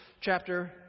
chapter